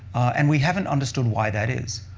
and we haven't understood why that is.